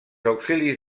auxilis